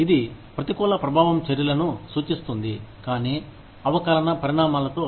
ఇది ప్రతికూల ప్రభావం చర్యలను సూచిస్తుంది కానీ అవకలన పరిణామాలతో